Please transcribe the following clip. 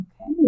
Okay